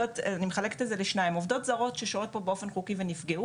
אני מחלקת את זה לשתיים - עובדות זרות ששוהות פה באופן חוקי ונפגעו,